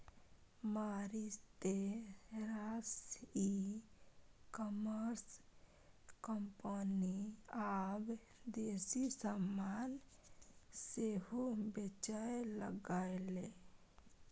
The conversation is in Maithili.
मारिते रास ई कॉमर्स कंपनी आब देसी समान सेहो बेचय लागलै